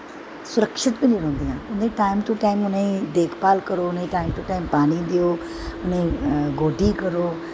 सुरक्षित बी नी रौंह्दियां न उदी टाईम टू टाईम देख भाल करो टाईम टू टाईम पानी देओ उनेंगी गोड्डी करो